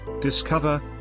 discover